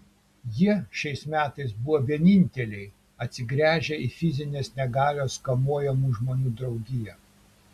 jie šiais metais buvo vieninteliai atsigręžę į fizinės negalios kamuojamų žmonių draugiją